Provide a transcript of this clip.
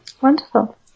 Wonderful